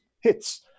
hits